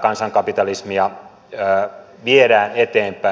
kansankapitalismia viedään eteenpäin